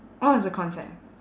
orh it's a concept